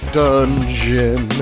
dungeon